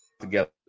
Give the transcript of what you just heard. together